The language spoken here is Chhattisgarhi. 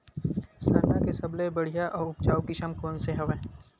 सरना के सबले बढ़िया आऊ उपजाऊ किसम कोन से हवय?